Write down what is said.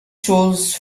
tools